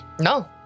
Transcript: No